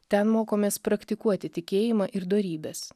ten mokomės praktikuoti tikėjimą ir dorybes